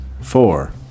Four